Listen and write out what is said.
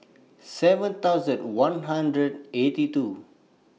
seven thousand one hundred eighty two